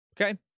Okay